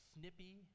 snippy